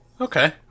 Okay